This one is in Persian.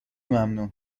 ممنون